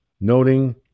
noting